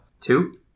two